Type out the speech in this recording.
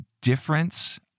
difference